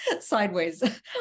sideways